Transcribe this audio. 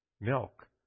milk